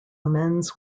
amends